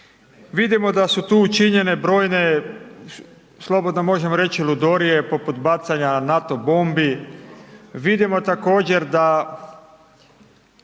vidimo da su tu učinjene brojne, slobodno možemo reći ludorije poput bacanja NATO bombi, vidimo također da